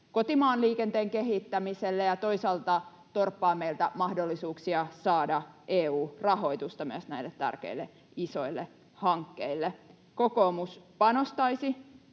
kotimaan liikenteen kehittämiselle ja toisaalta torppaa meiltä myös mahdollisuuksia saada EU-rahoitusta näille tärkeille isoille hankkeille. Kokoomus panostaisi